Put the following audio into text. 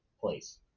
place